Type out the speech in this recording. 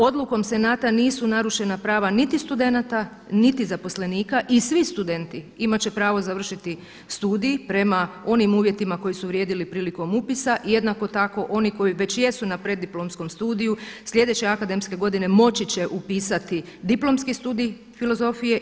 Odlukom senata nisu narušena prava niti studenata niti zaposlenika i svi studenti imat će pravo završiti studij prema onim uvjetima koji su vrijedili prilikom upisa, jednako tako oni koji već jesu na preddiplomskom studiju, sljedeće akademske godine moći će upisati diplomski studiji filozofije.